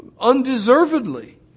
undeservedly